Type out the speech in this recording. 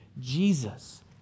Jesus